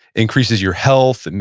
increases your health, and